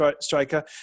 striker